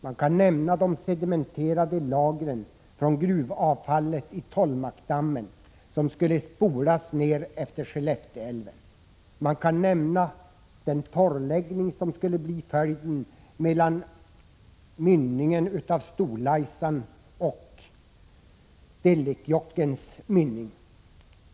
Man kan nämna de sedimenterade lagren från gruvavfallet i Tålmakdammen, som skulle spolas nedåt med Skellefteälven. Man kan också nämna den torrläggning av vattnet mellan Storlaisans och Dellekjokkens mynningar som skulle bli följden.